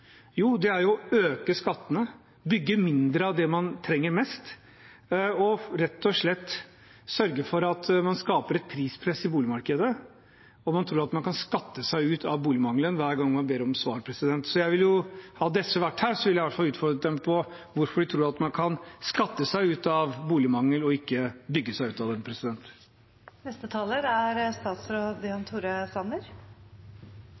Jo, det er å øke skattene, bygge mindre av det man trenger mest, og rett og slett sørge for at man skaper et prispress i boligmarkedet. Man tror at man kan skatte seg ut av boligmangelen hver gang man ber om et svar. Hadde SV vært her, ville jeg utfordret dem på hvorfor de tror at man kan skatte seg ut av boligmangel og ikke bygge seg ut av den. Jeg har tegnet meg for å understreke to poeng. Det første er